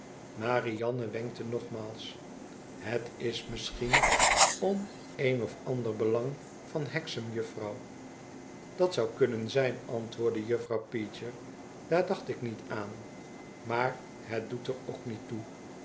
marianne wenkte nogmaals het is misschien om een of ander belang van hexam juffrouw dat zou kunnen zijn antwoordde juffirouw peecher daar dacht ik niet aan maar het doet er ook niet toe